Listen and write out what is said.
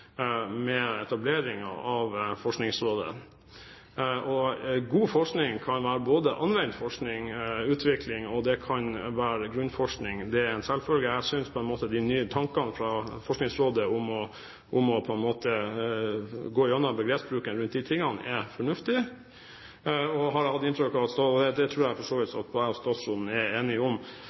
med etableringen av Forskningsrådet. God forskning kan være anvendt forskning og utvikling, og det kan være grunnforskning. Det er en selvfølge. Jeg synes de nye tankene fra Forskningsrådet om å gå gjennom begrepsbruken for de tingene er fornuftige, og det tror jeg for så vidt statsråden og jeg er enige om. Men det er jo en gang slik at det står, som jeg sa i stad, mange prosjekter som er